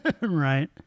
Right